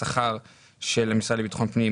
השכר של המשרד לביטחון הפנים